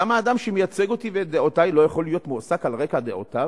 למה אדם שמייצג אותי ואת דעותי לא יכול להיות מועסק על רקע דעותיו?